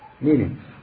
meaning